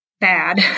bad